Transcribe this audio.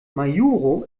majuro